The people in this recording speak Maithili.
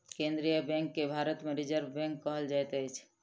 केन्द्रीय बैंक के भारत मे रिजर्व बैंक कहल जाइत अछि